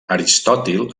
aristòtil